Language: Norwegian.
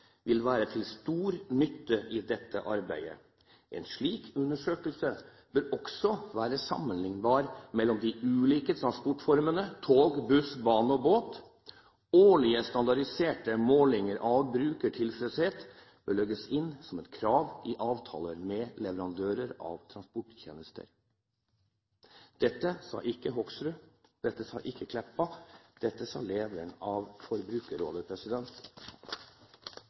vil være til stor nytte i dette arbeidet. En slik undersøkelse bør også være sammenlignbar mellom de ulike transportformene tog, buss, bane og båt. Årlige standardiserte målinger av brukertilfredshet bør legges inn som et krav i avtaler med leverandører av transporttjenester. Dette sa ikke Hoksrud, dette sa ikke statsråd Meltveit Kleppa – dette sa lederen av Forbrukerrådet.